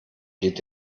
geht